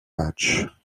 matchs